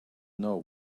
know